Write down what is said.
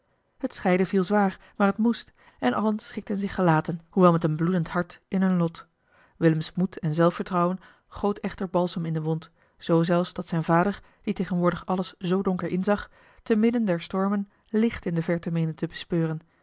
t scheiden viel zwaar maar het moest en allen schikten zich gelaten hoewel met een bloedend hart in hun lot willems moed en zelfvertrouwen goot echter balsem in de wond zoo zelfs dat zijn vader die tegenwoordig alles zoo donker inzag te midden der stormen licht in de verte meende te bespeuren